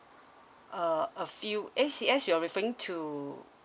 uh a few A_C_S you're referring to